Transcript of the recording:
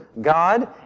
God